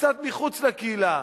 קצת מחוץ לקהילה,